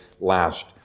last